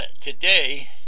today